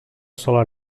sola